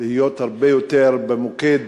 להיות הרבה יותר במוקד